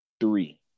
three